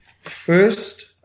First